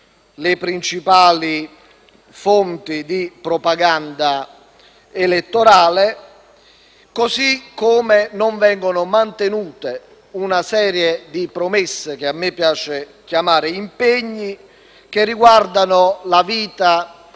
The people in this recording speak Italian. le principali fonti di propaganda elettorale; così come non viene mantenuta una serie di promesse, che a me piace chiamare impegni e che riguardano la vita